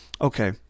Okay